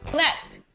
next.